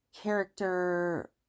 character